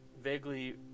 vaguely